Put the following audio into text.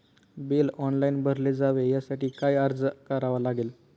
Bill online भरले जावे यासाठी काय अर्ज करावा लागेल?